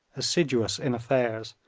assiduous in affairs,